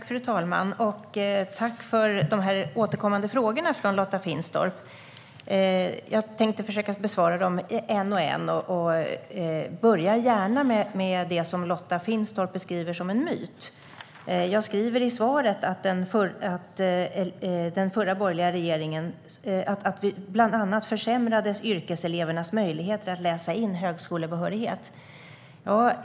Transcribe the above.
Fru talman! Tack för de återkommande frågorna från Lotta Finstorp! Jag tänkte försöka att besvara dem en och en. Jag börjar gärna med det som Lotta Finstorp beskriver som en myt. Jag skriver i svaret att: "Bland annat försämrades yrkeselevernas möjligheter att läsa in högskolebehörighet."